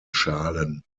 schalen